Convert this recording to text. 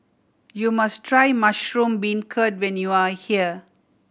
you must try mushroom beancurd when you are here